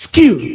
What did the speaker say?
Skill